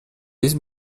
есть